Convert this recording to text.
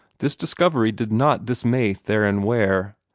this discovery did not dismay theron ware.